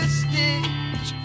stitch